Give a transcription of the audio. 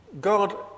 God